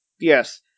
Yes